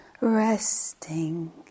Resting